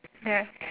ya